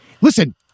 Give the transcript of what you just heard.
Listen